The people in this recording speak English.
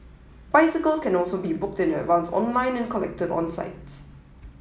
bicycles can also be booked in advance online and collected on site